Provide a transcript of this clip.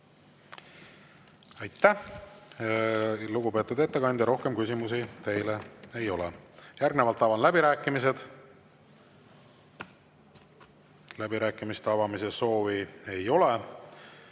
Aitäh, lugupeetud ettekandja! Rohkem küsimusi teile ei ole. Järgnevalt avan läbirääkimised. Läbirääkimiste soovi ei ole.